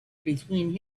between